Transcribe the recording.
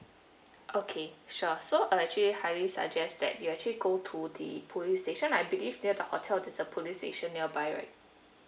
okay sure so I actually highly suggest that you actually go to the police station I believe near the hotel there's a police station nearby right